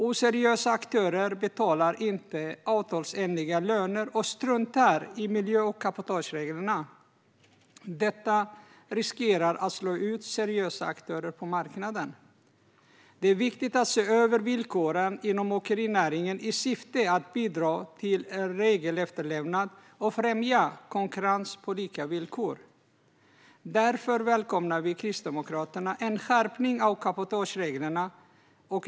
Oseriösa aktörer betalar inte avtalsenliga löner och struntar i miljö och cabotagereglerna. Detta riskerar att slå ut seriösa aktörer på marknaden. Det är viktigt att se över villkoren inom åkerinäringen i syfte att bidra till regelefterlevnad och främja konkurrens på lika villkor. Därför välkomnar vi i Kristdemokraterna en skärpning av cabotagereglerna.